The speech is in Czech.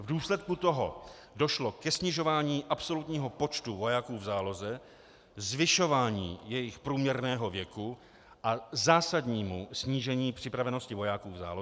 V důsledku toho došlo ke snižování absolutního počtu vojáků v záloze, zvyšování jejich průměrného věku a zásadnímu snížení připravenosti vojáků v záloze.